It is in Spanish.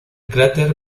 cráter